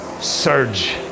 surge